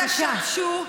לא עשינו כלום.